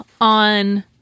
on